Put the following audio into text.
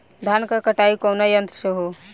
धान क कटाई कउना यंत्र से हो?